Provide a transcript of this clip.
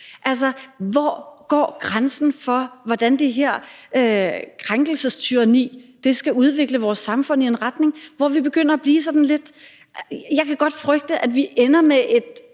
Altså, hvor går grænsen for, hvordan det her krænkelsestyranni skal udvikle vores samfund i en retning, hvor jeg godt kan frygte, at vi ender med et